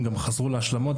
הם גם חזרו להשלמות,